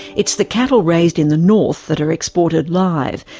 it's the cattle raised in the north that are exported live,